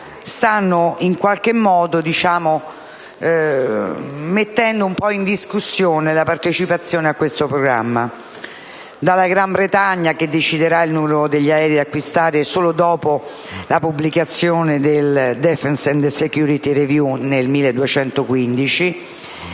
stanno in qualche modo mettendo in discussione la partecipazione a questo programma. La Gran Bretagna deciderà il numero degli aerei acquistati solo dopo la pubblicazione del *Defence and security review*, nel 2015.